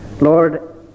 Lord